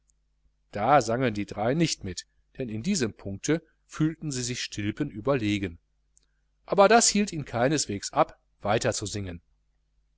da sangen die drei nicht mit denn in diesem punkte fühlten sie sich stilpen überlegen aber das hielt ihn keineswegs ab weiter zu singen